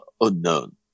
unknown